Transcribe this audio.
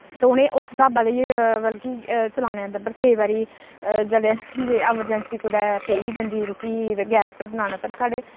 ते उ'नें ई उस स्हाबा दी बल्कि चलानी औंदी पर केईं बारी जेल्लै जे अमरजैंसी कुदै पेई गै जंदी रुट्टी गैस पर बनाने पर साढ़े